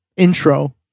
Intro